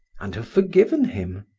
and have forgiven him.